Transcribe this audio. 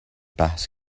بحث